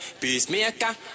Peacemaker